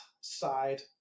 side